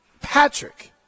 Patrick